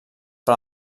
per